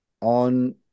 on